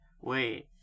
Wait